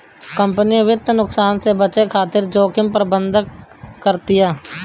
company वित्तीय नुकसान से बचे खातिर जोखिम प्रबंधन करतिया